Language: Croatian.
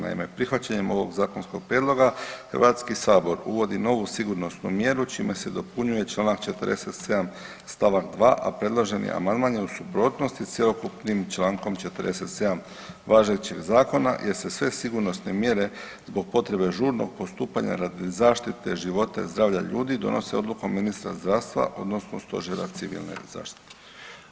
Naime, prihvaćanjem ovog zakonskog prijedloga HS uvodi novu sigurnosnu mjeru čime se dopunjuje čl. 47. st. 2., a predloženi amandman je u suprotnosti cjelokupnim čl. 47. važećeg zakona jer se sve sigurnosne mjere zbog potrebe žurnog postupanja radi zaštite života i zdravlja ljudi donose odlukom ministra zdravstva odnosno Stožera civilne zaštite.